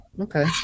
okay